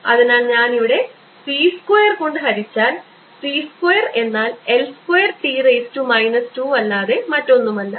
അതിനാൽ ഞാൻ ഇവിടെ c സ്ക്വയർ കൊണ്ട് ഹരിച്ചാൽ c സ്ക്വയർ എന്നാൽ L square T raise to minus 2 അല്ലാതെ മറ്റൊന്നുമല്ല